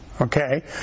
Okay